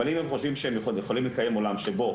אבל אם הם חושבים שהם יכולים לקיים עולם שבו